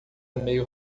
meio